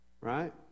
Right